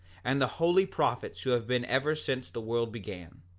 and the holy prophets who have been ever since the world began,